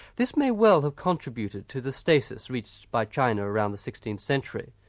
this may well have contributed to the stasis reached by china around the sixteenth century,